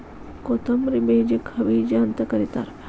ಕೊತ್ತಂಬ್ರಿ ಬೇಜಕ್ಕ ಹವಿಜಾ ಅಂತ ಕರಿತಾರ